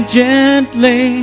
gently